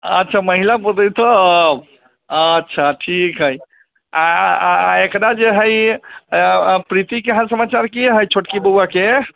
अच्छा महिला पूरतै तब अच्छा ठीक है आ एकरा जे हय प्रीति के हाल समाचार की हय छोटका बौआ के